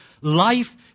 life